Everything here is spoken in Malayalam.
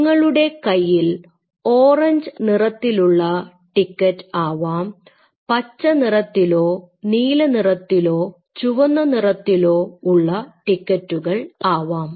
നിങ്ങളുടെ കയ്യിൽ ഓറഞ്ച് നിറത്തിലുള്ള ടിക്കറ്റ് ആവാം പച്ച നിറത്തിലോ നീലനിറത്തിലോ ചുവന്ന നിറത്തിലോ ഉള്ള ടിക്കറ്റുകൾ ആവാം